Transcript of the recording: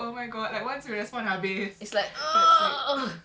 oh my god you must never respond to that when you hear it